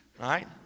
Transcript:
right